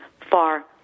far